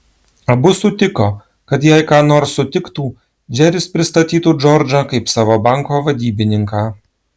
abu sutiko kad jei ką nors sutiktų džeris pristatytų džordžą kaip savo banko vadybininką